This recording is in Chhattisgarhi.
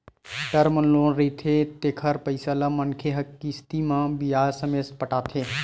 टर्म लोन ले रहिथे तेखर पइसा ल मनखे ह किस्ती म बियाज ससमेत पटाथे